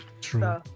True